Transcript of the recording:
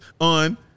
on